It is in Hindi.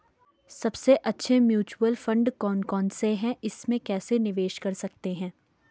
सबसे अच्छे म्यूचुअल फंड कौन कौनसे हैं इसमें कैसे निवेश कर सकते हैं?